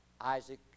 Isaac